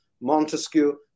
Montesquieu